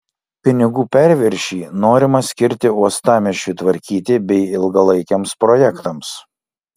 pinigų perviršį norima skirti uostamiesčiui tvarkyti bei ilgalaikiams projektams